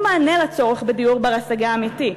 מענה על הצורך בדיור בר-השגה אמיתי.